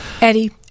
Eddie